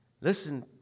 Listen